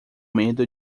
medo